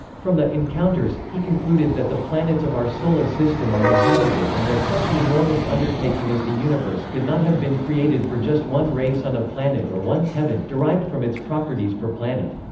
from the encounters, he concluded that the planets of our solar system are inhabited and that such an enormous undertaking as the universe could not have been created for just one race on a planet or one heaven derived from its properties per planet.